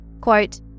Quote